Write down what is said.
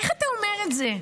איך אתה אומר את זה?